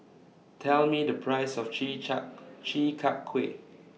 Tell Me The Price of Chi Char Chi Kak Kuih